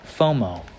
FOMO